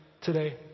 today